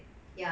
ya